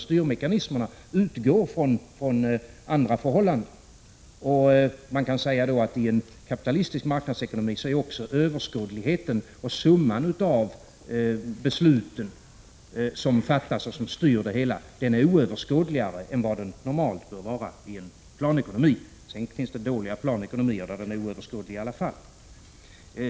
Styrmekanismerna grundar sig på andra förhållanden. Man kan säga att överskådligheten i en kapitalistisk ekonomi, summan av besluten som fattas och som styr det hela, är mindre överskådlig än den normalt bör vara i en planekonomi. Sedan finns det dåliga planekonomier, där det i alla fall är svåröverskådligt.